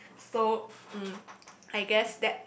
so um I guess that